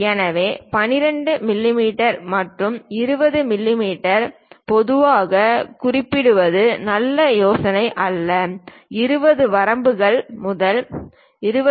எனவே 12 மிமீ அல்லது 20 மிமீ பொதுவாகக் குறிப்பிடுவது நல்ல யோசனையல்ல 20 வரம்புகள் முதல் 20